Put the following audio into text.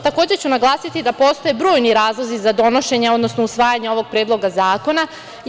Takođe ću naglasiti da postoje brojni razlozi za donošenje, odnosno usvajanje ovog predloga zakona.